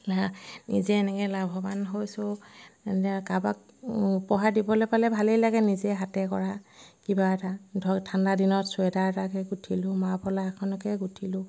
নিজে এনেকৈ লাভৱান হৈছোঁ এতিয়া কাৰোবাক উপহাৰ দিবলৈ পালে ভালেই লাগে নিজে হাতে কৰা কিবা এটা ধৰক ঠাণ্ডা দিনত চুৱেটাৰ এটাকে গুঠিলোঁ মাফলাৰ এখনকে গুঠিলোঁ